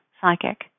psychic